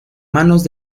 manos